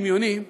דמיוני.